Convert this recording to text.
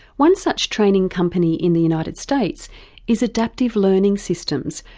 one such training company in the united states is adaptiv learning systems,